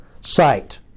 sight